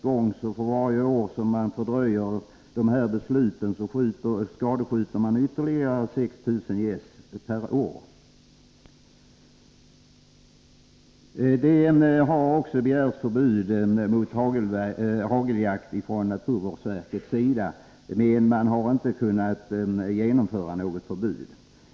Men för varje gång som det här beslutet fördröjs skadskjuts ytterligare 6 000 gäss per år. Det har begärts förbud mot jakt med hagelgevär också från naturvårdsverkets sida, men något förbud har inte kunnat genomföras.